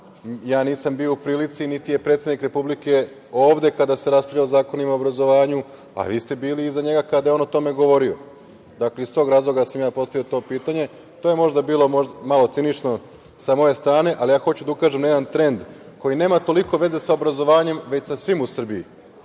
ja nisam bio u prilici, niti je predsednik Republike ovde, kada se raspravlja o zakonima o obrazovanju, a vi ste bili iza njega kada je on o tome govorio. Dakle, iz tog razloga sam ja postavio to pitanje. To je možda bilo malo cinično sa moje strane, ali ja hoću da ukažem na jedan trend koji nema toliko veze sa obrazovanjem, već sa svim u